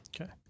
Okay